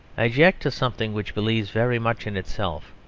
i object to something which believes very much in itself,